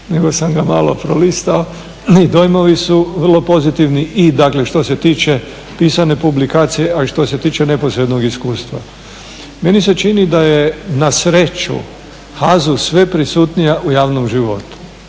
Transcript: nego sam ga malo prolistao. Dojmovi su vrlo pozitivni i dakle što se tiče pisane publikacije, a i što se tiče neposrednog iskustva. Meni se čini da je na sreću HAZU sve prisutnija u javnom životu.